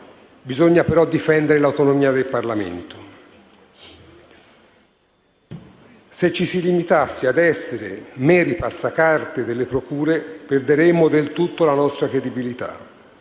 bisogna però difendere l'autonomia del Parlamento. Se ci si limitasse a essere meri passacarte delle procure, perderemmo del tutto la nostra credibilità,